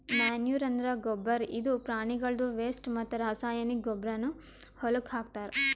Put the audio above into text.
manure ಅಂದ್ರ ಗೊಬ್ಬರ್ ಇದು ಪ್ರಾಣಿಗಳ್ದು ವೆಸ್ಟ್ ಮತ್ತ್ ರಾಸಾಯನಿಕ್ ಗೊಬ್ಬರ್ನು ಹೊಲಕ್ಕ್ ಹಾಕ್ತಾರ್